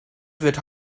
wird